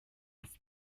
its